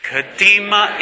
Kadima